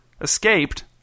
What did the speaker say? Escaped